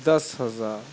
دس ہزار